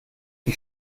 ich